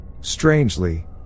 Strangely